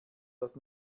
das